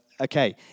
Okay